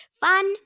Fun